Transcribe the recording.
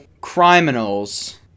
criminals